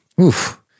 Oof